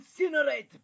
incinerate